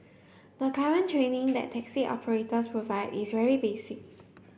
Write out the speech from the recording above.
the current training that taxi operators provide is very basic